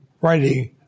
writing